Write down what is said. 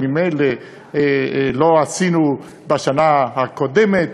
ממילא לא עשינו בשנה הקודמת,